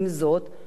זו דוגמה,